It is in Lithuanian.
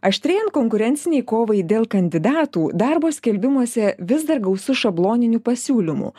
aštrėjant konkurencinei kovai dėl kandidatų darbo skelbimuose vis dar gausu šabloninių pasiūlymų